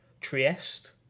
Trieste